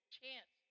chance